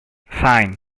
fine